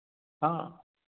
हा